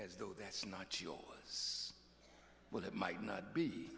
as though that's not your but it might not be